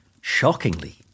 shockingly